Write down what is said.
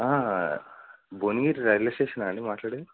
Bhuvanagiri railway స్టేషనా అండీ మాట్లాడేది